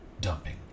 dumping